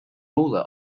ruler